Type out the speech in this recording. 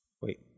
Wait